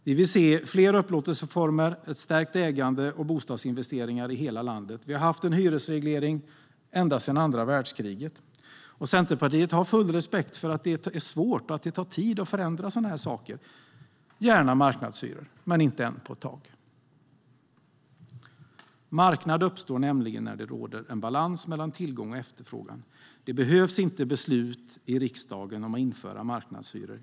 Vi vill se fler upplåtelseformer, ett stärkt ägande och bostadsinvesteringar i hela landet. Vi har haft en hyresreglering ända sedan andra världskriget. Centerpartiet har full respekt för att detta är svårt och att det tar tid att förändra sådana här saker. Vi vill gärna ha marknadshyror, men inte än på ett tag. En marknad uppstår nämligen när det råder balans mellan tillgång och efterfrågan. Det behövs inte något beslut i riksdagen om att införa marknadshyror.